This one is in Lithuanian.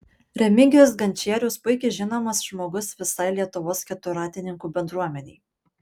remigijus gančierius puikiai žinomas žmogus visai lietuvos keturratininkų bendruomenei